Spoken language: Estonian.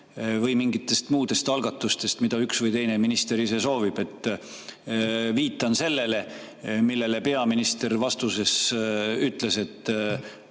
või mingitest muudest algatustest, mida üks või teine minister ise soovib? Viitan sellele, mida peaminister vastuses ütles, et